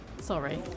Sorry